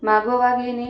मागोवा घेणे